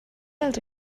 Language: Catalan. els